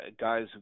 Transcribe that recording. guys